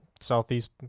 southeast